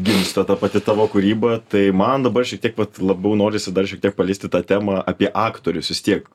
gimsta ta pati tavo kūryba tai man dabar šiek tiek vat labiau norisi dar šiek tiek paliesti tą temą apie aktorius vis tiek